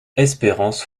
espérance